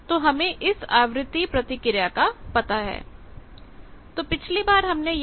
तो हमें इस आवृत्ति प्रतिक्रिया frequency response फ्रिकवेंसी रिस्पांस का पता है